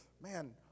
man